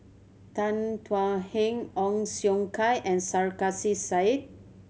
Tan Thuan Heng Ong Siong Kai and Sarkasi Said